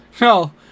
No